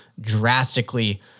drastically